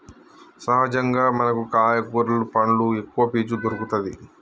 సహజంగా మనకు కాయ కూరలు పండ్లు ఎక్కవ పీచు దొరుకతది